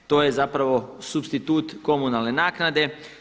To je zapravo supstitut komunalne naknade.